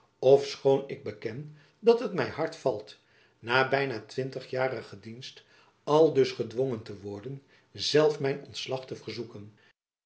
ofschoon ik beken dat het my hard valt na byna twintigjarige dienst aldus gedwongen te worden zelf mijn ontslag te verzoeken